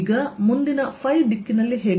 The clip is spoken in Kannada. ಈಗ ಮುಂದಿನ ϕ ದಿಕ್ಕಿನಲ್ಲಿ ಹೇಗೆ